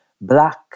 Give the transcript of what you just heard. black